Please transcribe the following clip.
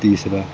تیسرا